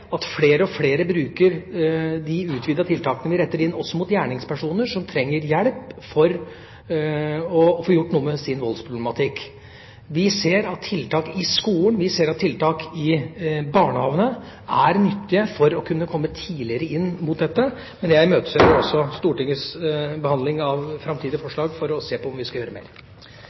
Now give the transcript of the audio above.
at flere og flere bruker de utvidede tiltakene vi retter inn også mot gjerningspersoner som trenger hjelp for å få gjort noe med sin voldsproblematikk. Vi ser at tiltak i skolen og i barnehagene er nyttige for å kunne komme tidligere inn mot dette. Men jeg imøteser også Stortingets behandling av framtidige forslag, for å se på om vi skal gjøre mer.